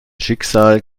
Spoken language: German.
schicksal